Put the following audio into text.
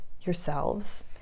yourselves